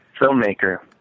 filmmaker